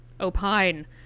opine